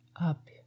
up